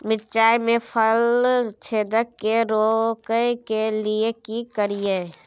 मिर्चाय मे फल छेदक के रोकय के लिये की करियै?